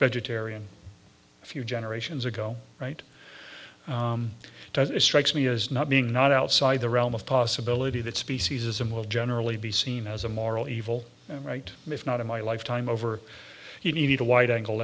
vegetarian a few generations ago right does it strikes me as not being not outside the realm of possibility that speciesism will generally be seen as a moral evil right if not in my lifetime over you need a wide angle